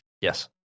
Yes